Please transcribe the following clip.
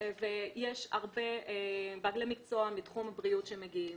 ויש הרבה בעלי מקצוע מתחום הבריאות שמגיעים.